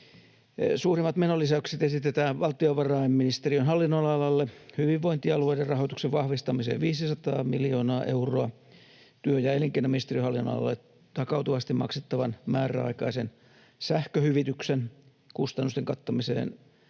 Suurimmat menonlisäykset esitetään valtiovarainministeriön hallinnonalalle hyvinvointialueiden rahoituksen vahvistamiseen, 500 miljoonaa euroa, työ- ja elinkeinoministeriön hallinnonalalle takautuvasti maksettavan määräaikaisen sähköhyvityksen kustannusten kattamiseen,